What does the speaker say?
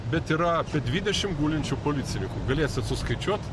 bet yra apie dvidešim gulinčių policininkų galėsit suskaičiuot